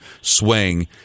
swing